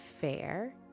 fair